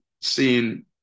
seeing